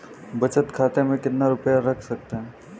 बचत खाते में कितना रुपया रख सकते हैं?